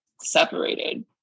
separated